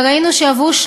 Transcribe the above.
וראינו שעברו,